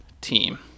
team